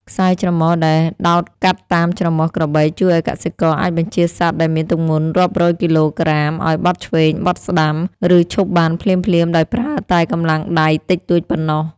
ខ្សែច្រមុះដែលដោតកាត់តាមច្រមុះក្របីជួយឱ្យកសិករអាចបញ្ជាសត្វដែលមានទម្ងន់រាប់រយគីឡូក្រាមឱ្យបត់ឆ្វេង បត់ស្តាំ ឬឈប់បានភ្លាមៗដោយប្រើតែកម្លាំងដៃតិចតួចប៉ុណ្ណោះ។